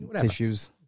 tissues